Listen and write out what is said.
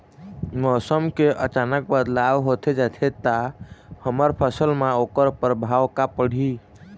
मौसम के अचानक बदलाव होथे जाथे ता हमर फसल मा ओकर परभाव का पढ़ी?